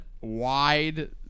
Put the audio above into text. wide